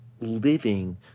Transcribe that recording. living